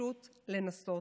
ופשוט לנסות.